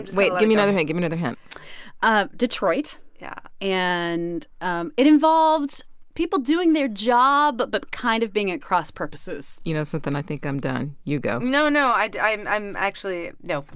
wait. give me another hint. give me another hint ah detroit yeah and um it involved people doing their job but kind of being at cross purposes you know something? i think i'm done. you go no, no. i'm i'm actually no.